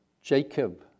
Jacob